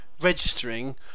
registering